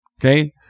Okay